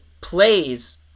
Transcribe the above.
plays